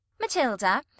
Matilda